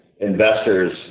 Investors